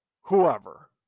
whoever